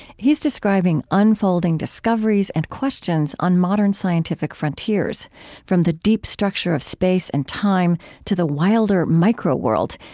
he's describing unfolding discoveries and questions on modern scientific frontiers from the deep structure of space and time, to the wilder microworld,